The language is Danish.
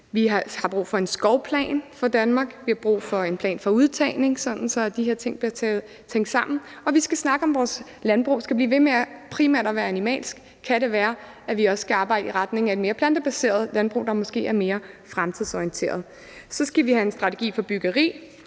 Vi har brug for en skovplan for Danmark. Vi har brug for en plan for udtagning, sådan at de her ting bliver tænkt sammen. Og vi skal snakke om vores landbrug. Skal det blive ved med primært at være en animalsk produktion? Kan det være, at vi også skal arbejde i retning af et mere plantebaseret landbrug, der måske er mere fremtidsorienteret? Så skal vi have en strategi for byggeri.